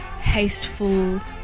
hasteful